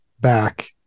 back